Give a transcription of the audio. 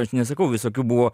aš nesakau visokių buvo